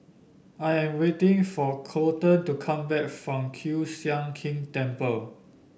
I am waiting for Colten to come back from Kiew Sian King Temple